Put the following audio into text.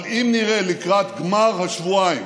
אבל אם נראה לקראת גמר השבועיים